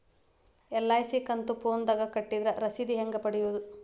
LIC ಕಂತು ಫೋನದಾಗ ಕಟ್ಟಿದ್ರ ರಶೇದಿ ಹೆಂಗ್ ಪಡೆಯೋದು?